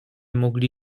mogli